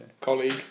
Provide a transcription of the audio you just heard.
colleague